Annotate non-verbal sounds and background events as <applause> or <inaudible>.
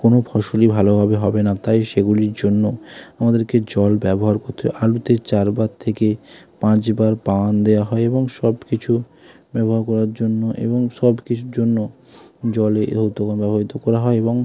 কোনো ফসলই ভালোভাবে হবে না তাই সেগুলির জন্য আমাদেরকে জল ব্যবহার করতে আলুতে চারবার থেকে পাঁচবার পান দেওয়া হয় এবং সব কিছু ব্যবহার করার জন্য এবং সব কিছুর জন্য জলে এ <unintelligible> ব্যবহৃত করা হয় এবং